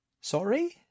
sorry